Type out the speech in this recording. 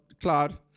cloud